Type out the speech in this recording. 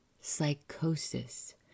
psychosis